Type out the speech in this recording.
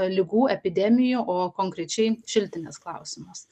ligų epidemijų o konkrečiai šiltinės klausimas